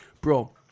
bro